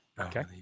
Okay